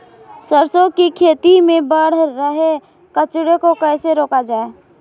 सरसों की खेती में बढ़ रहे कचरे को कैसे रोका जाए?